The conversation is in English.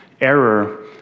error